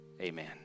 Amen